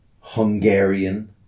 Hungarian